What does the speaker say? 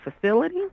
facility